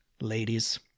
ladies